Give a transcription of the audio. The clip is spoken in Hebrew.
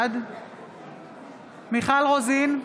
בעד מיכל רוזין,